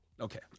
Okay